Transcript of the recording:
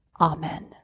Amen